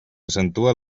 accentua